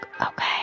Okay